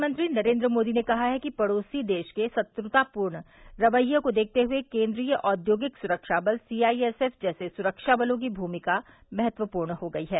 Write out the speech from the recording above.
प्रधानमंत्री नरेन्द्र मोदी ने कहा है कि पड़ोसी देश के शत्र्तापूर्ण रवैए को देखते हए केन्द्रीय औद्योगिक सुरक्षा बल सीआईएसएफ जैसे सुरक्षा बलों की भूमिका महत्वपूर्ण हो गयी है